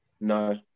no